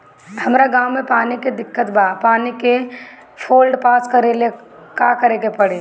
हमरा गॉव मे पानी के दिक्कत बा पानी के फोन्ड पास करेला का करे के पड़ी?